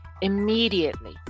immediately